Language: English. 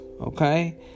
okay